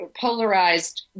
polarized